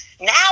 Now